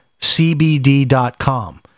cbd.com